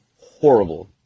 horrible